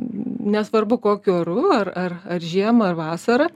nesvarbu kokiu oru ar ar ar žiemą ar vasarą